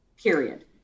period